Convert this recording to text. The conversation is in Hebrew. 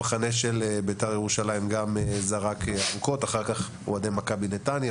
המחנה של בית"ר ירושלים גם זרק אבוקות ואחר-כך אוהדי מכבי נתניה